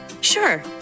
Sure